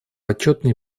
отчетный